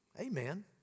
amen